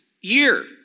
year